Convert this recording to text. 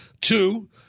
Two